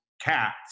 cats